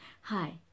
Hi